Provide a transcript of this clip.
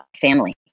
family